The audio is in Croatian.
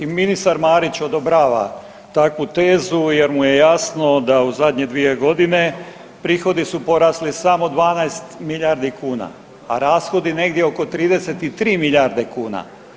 I ministar Marić odobrava takvu tezu jer mu je jasno da u zadnje dvije godine prihodi su porasli samo 12 milijardi kuna, a rashodi negdje oko 33 milijarde kuna.